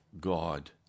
God